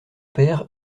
père